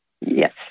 Yes